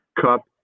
Cup